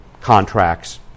contracts